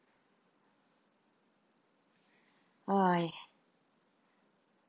!oi!